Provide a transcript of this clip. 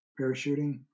parachuting